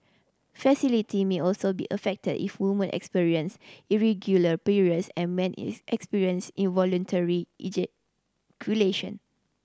may also be affected if woman experience irregular periods and men is experience involuntary ejaculation